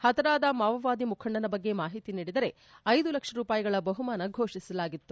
ಹತರಾದ ಮಾವೋವಾದಿ ಮುಖಂಡನ ಬಗ್ಗೆ ಮಾಹಿತಿ ನೀಡಿದರೆ ಐದು ಲಕ್ಷ ರೂಪಾಯಿಗಳ ಬಹುಮಾನ ಫೋಷಿಸಲಾಗಿತ್ತು